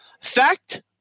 Fact